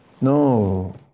No